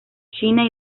china